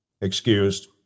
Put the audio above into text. Excused